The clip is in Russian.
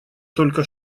только